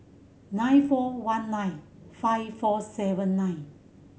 nine four one nine five four seven nine